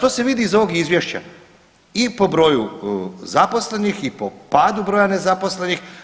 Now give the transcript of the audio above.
To se vidi iz ovog izvješća i po broju zaposlenih, i po padu broja nezaposlenih.